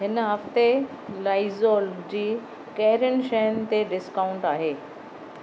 हिन हफ़्ते लाइज़ोल जी कहिड़िनि शयुनि ते डिस्काउन्ट आहे